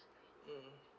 mm